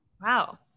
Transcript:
Wow